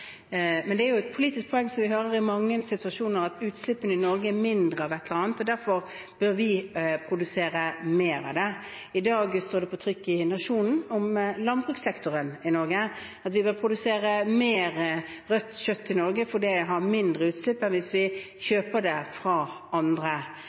men dette er et politisk poeng vi hører i mange situasjoner: At utslippene i Norge er mindre av et eller annet, og derfor bør vi produsere mer av det. I dag står det på trykk i Nationen om landbrukssektoren i Norge at vi bør produsere mer rødt kjøtt i Norge, for det gir mindre utslipp enn hvis vi kjøper det fra andre